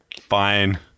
Fine